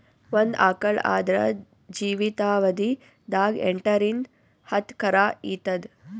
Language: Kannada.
ಒಂದ್ ಆಕಳ್ ಆದ್ರ ಜೀವಿತಾವಧಿ ದಾಗ್ ಎಂಟರಿಂದ್ ಹತ್ತ್ ಕರಾ ಈತದ್